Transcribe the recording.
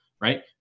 right